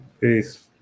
Peace